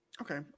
Okay